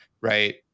right